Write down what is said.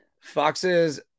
foxes